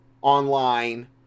online